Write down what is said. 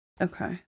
okay